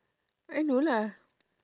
I know lah